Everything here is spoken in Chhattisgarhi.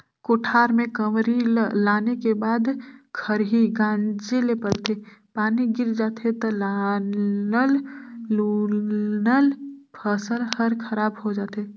कोठार में कंवरी ल लाने के बाद खरही गांजे ले परथे, पानी गिर जाथे त लानल लुनल फसल हर खराब हो जाथे